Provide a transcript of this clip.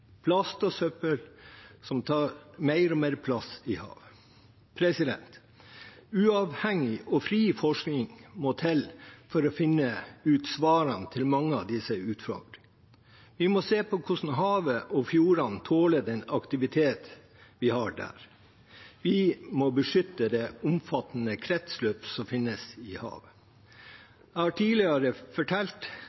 Plast og søppel tar mer og mer plass i havet. Uavhengig og fri forskning må til for å finne svarene på mange av disse utslagene. Vi må se på hvordan havet og fjordene tåler den aktiviteten vi har der. Vi må beskytte det omfattende kretsløpet som finnes i